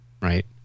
right